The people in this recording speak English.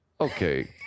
Okay